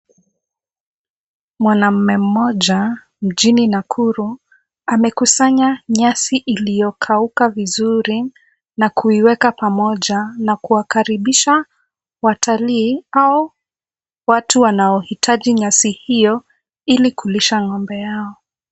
Mwanamume mmoja mjini Nakuru amekusanya nyasi iliyokauka vizuri na kuiweka pamoja na kuwakaribisha watalii au watu wanaohitaji nyasi hiyo ili kulisha ng'ombe yao.